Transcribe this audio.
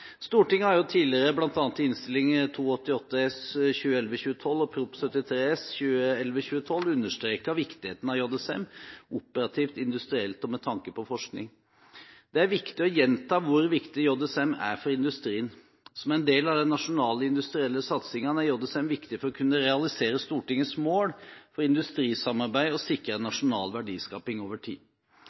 Stortinget har tidligere, bl.a. i Innst. 388 S for 2011–2012 knyttet til Prop. 73 S for 2011–2012, understreket viktigheten av JSM – operativt, industrielt og med tanke på forskning. Det er viktig å gjenta hvor viktig JSM er for industrien. Som en del av den nasjonale industrielle satsingen er JSM viktig for å kunne realisere Stortingets mål for industrisamarbeid, og sikre nasjonal verdiskaping over tid.